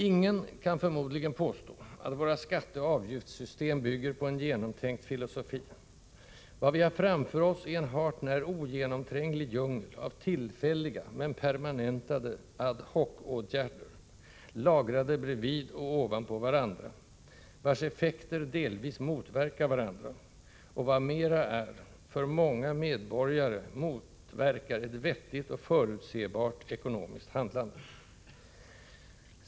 Ingen kan förmodligen påstå att våra skatteoch avgiftssystem bygger på en genomtänkt filosofi: Vad vi har framför oss är en hart när ogenomtränglig djungel av tillfälliga, men permanentade ad hoc-åtgärder, lagrade bredvid och ovanpå varandra, vars effekter delvis motverkar varandra och — vad mera är—för många medborgare omöjliggör ett vettigt och förutsebart ekonomiskt handlande.